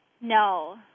No